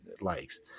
likes